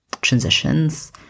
transitions